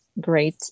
great